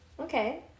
Okay